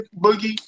Boogie